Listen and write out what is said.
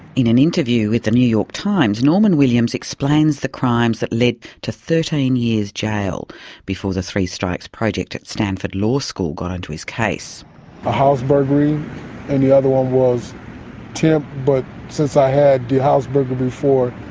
in an interview with the new york times norman williams explains the crimes that led to thirteen years jail before the three strikes project at stanford law school got on to his case. a house burglary and the other one was attempt, but since i had the house burglary before,